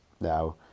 now